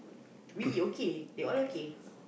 we okay they all okay